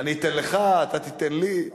אני אתן לך, אתה תיתן לי,